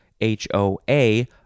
h-o-a